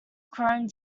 chrome